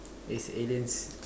is aliens